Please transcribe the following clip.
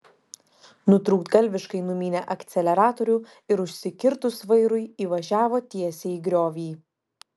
nutrūktgalviškai numynė akceleratorių ir užsikirtus vairui įvažiavo tiesiai į griovį